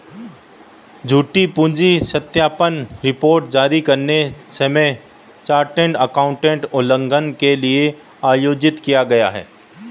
झूठी पूंजी सत्यापन रिपोर्ट जारी करते समय चार्टर्ड एकाउंटेंट उल्लंघन के लिए आयोजित किया गया